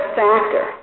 factor